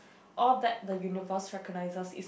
all that the universe recognizes is